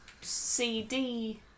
CD